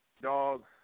dog –